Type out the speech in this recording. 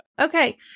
Okay